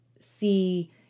see